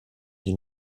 sie